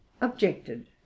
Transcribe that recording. objected